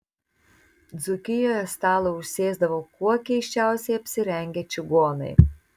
dzūkijoje stalą užsėsdavo kuo keisčiausiai apsirengę čigonai